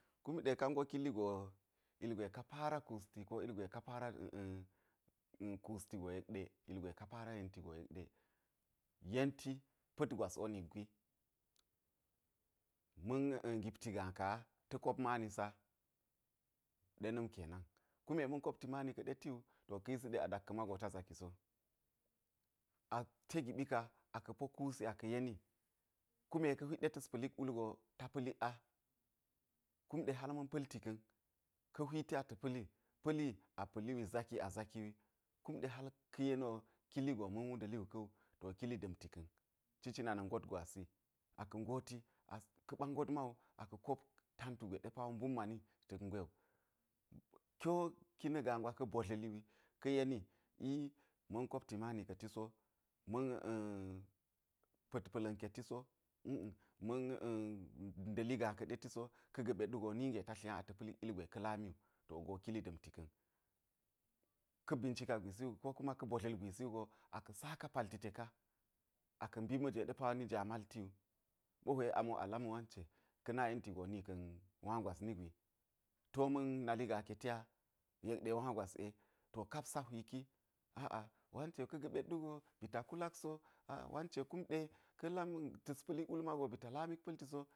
Kumɗe ka ngo kili go ilgwe ka̱ para a̱ a̱ kusti go yekɗeilgwe para yenti go yekɗe. Yenti pa̱t gwas wo nitgwi, ma̱n ngipti gaa ka, ta̱ kop mani sa. Ɗena̱n kena̱n, kume ma̱n kopti mani ka̱ɗe tiwo to a ɗakka̱ magoa ta zaki so. Te kiɓi ka aka̱ po kuusi aka̱ yeni. Kume ka̱ hwit ɗe ta̱s pa̱lik wul go ta̱ pa̱lik a. Kumɗe hal ma̱n pa̱lti ka̱n, pa̱li a pa̱li wi zaki a zaki wi. Kumɗe hal ka̱ yeni wo kili go ma̱n wudáli wu ka̱wu to kili da̱nti ka̱n, cicina na̱ ngot gwasi. Aka̱ ngoti, ka̱ɓa ngot mawu ma wu aka̱ kop tantu gwe ɗe mbum mani ta̱k nge wu. Kiwo kina̱ gaa gwa ka̱ botla̱li wi ka̱ yeni i ma̱n kopti mani ke ti so. Ma̱n pa̱t pa̱la̱n ke ti so a̱ a̱, ma̱n nda̱li gaa ka̱ɗe ti so. Ka̱ ga̱ɓe wu go ninge ta tlinya a ta̱ pa̱lik ilgwe ka̱ lami wu, to go kili da̱nti ka̱n. Ka̱ bincika gwisi ko ka̱ botla̱l gwisi wu go, aka̱ saka palti teka, aka̱ mbi ma̱jwe ni jaa malti wu. Ɓohwe ami wo a lam wance, kana yenti go nika̱n wa gwas ni gwi, tiwo ma̱n nali gaa ke tiya, yekde wa gwas ye. To kap sa hwiki, a a wance ka̱ ga̱ɓet wu go ba̱ta kulak so, kumɗe ka̱ lami ɗe ta̱s pa̱lik wul mago ba̱ta lamit pa̱lti so.